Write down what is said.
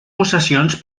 possessions